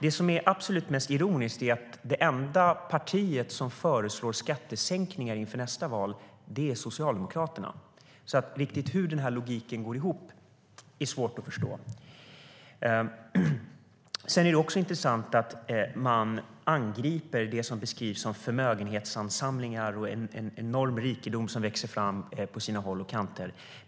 Det som är mest ironiskt är att det enda parti som föreslår skattesänkningar inför nästa val är Socialdemokraterna. Hur denna logik går ihop är svårt att förstå. Det är intressant att man angriper det som beskrivs som förmögenhetsansamlingar och en enorm rikedom som växer fram på olika håll.